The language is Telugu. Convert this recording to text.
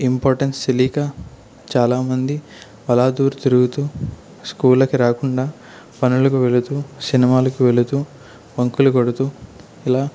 ఇంపార్టెన్స్ తెలియక చాలామంది బలాదూర్ తిరుగుతూ స్కూళ్ళకి రాకుండా పనులకు వెళుతూ సినిమాలకు వెళుతూ బంకులు కొడుతూ ఇలా